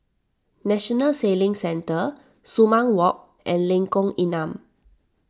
National Sailing Centre Sumang Walk and Lengkong Enam